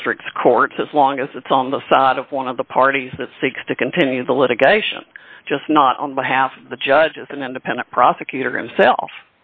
districts courts as long as it's on the side of one of the parties that seeks to continue the litigation just not on behalf of the judges an independent prosecutor himself